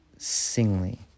singly